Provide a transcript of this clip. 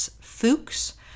Fuchs